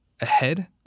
ahead